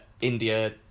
India